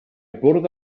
bwrdd